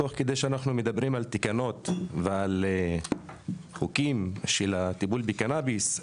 תוך כדי שאנחנו מדברים על תקנות ועל החוקים של טיפול בקנביס,